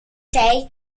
tej